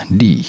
di